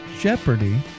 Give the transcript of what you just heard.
jeopardy